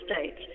States